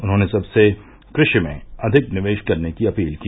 उन्होंने सबसे कृषि में अधिक निवेश करने की अपील की